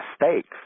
mistakes